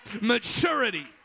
maturity